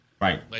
Right